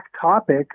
topic